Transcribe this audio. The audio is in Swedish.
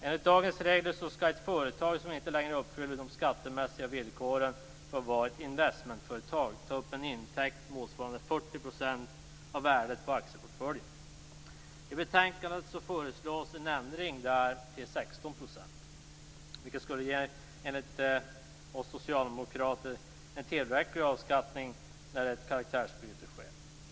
Enligt dagens regler skall ett företag som inte längre uppfyller de skattemässiga villkoren för ett investmentföretag ta upp en intäkt motsvarande 40 % av värdet på aktieportföljen. I betänkandet föreslås en ändring till 16 %, vilket enligt oss socialdemokrater skulle ge en tillräcklig beskattning vid ett karaktärsbyte.